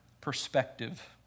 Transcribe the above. perspective